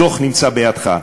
הדוח נמצא בידך.